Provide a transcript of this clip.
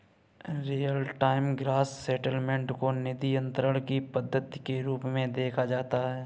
real time gross settlement को निधि अंतरण की पद्धति के रूप में देखा जाता है